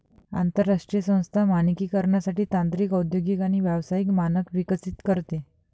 आंतरराष्ट्रीय संस्था मानकीकरणासाठी तांत्रिक औद्योगिक आणि व्यावसायिक मानक विकसित करते